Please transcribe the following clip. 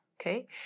okay